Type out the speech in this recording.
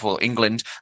England